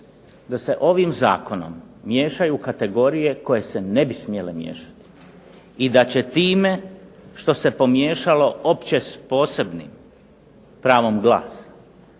da se ovim zakonom miješaju kategorije koje se ne bi smjele miješati, i da se time što se pomiješalo opće s posebnim pravom glasa,